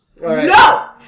No